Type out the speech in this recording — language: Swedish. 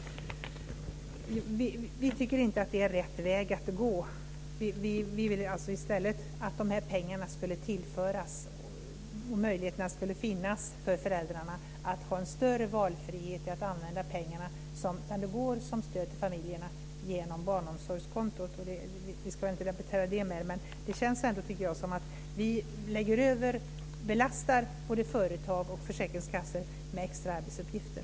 Vi tycker inte att det är rätt väg att gå. Vi vill i stället att möjligheterna ska finnas för föräldrarna att ha en större valfrihet i att använda pengarna som utgår som stöd till familjerna genom barnomsorgskontot. Nu ska vi inte repetera detta mer. Det känns som om att vi belastar både företag och försäkringskassor med extra arbetsuppgifter.